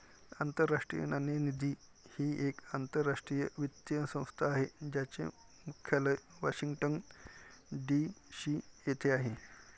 आंतरराष्ट्रीय नाणेनिधी ही एक आंतरराष्ट्रीय वित्तीय संस्था आहे ज्याचे मुख्यालय वॉशिंग्टन डी.सी येथे आहे